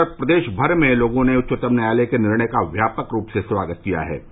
उधर प्रदेश भर में लोगों ने उच्चतम न्यायालय के निर्णय का व्यापक रूप से स्वागत किया है